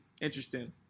Interesting